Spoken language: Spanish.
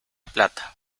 plata